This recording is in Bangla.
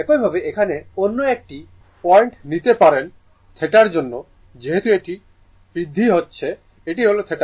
একইভাবে এখানে অন্য একটি পয়েন্ট নিতে পারেন θ র জন্য যেহেতু এটি বৃদ্ধি হচ্ছে এটি হল θ